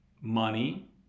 money